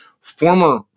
former